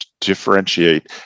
differentiate